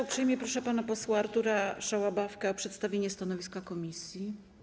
Uprzejmie proszę pana posła Artura Szałabawkę o przedstawienie stanowiska komisji.